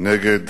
נגד